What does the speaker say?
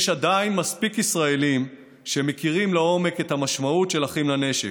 יש עדיין מספיק ישראלים שמכירים לעומק את המשמעות של אחים לנשק,